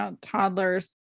toddlers